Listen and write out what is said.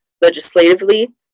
legislatively